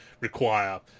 require